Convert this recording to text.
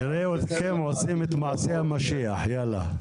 נראה אתכם עושים את מעשה המשיח, יאללה.